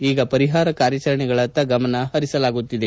ಈಗ ಪರಿಹಾರ ಕಾರ್ಯಾಚರಣೆಗಳತ್ತ ಗಮನ ಹರಿಸಲಾಗುತ್ತಿದೆ